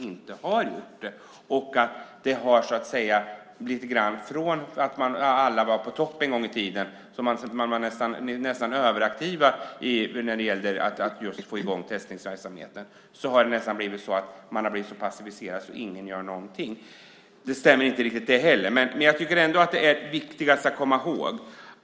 En gång i tiden var nästan alla på topp och nästan överaktiva när det gällde att få i gång testningsverksamheten, men nu har man blivit så passiviserad att nästan ingen gör någonting.